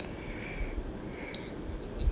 -E